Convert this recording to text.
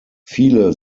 viele